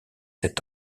sept